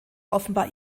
offenbar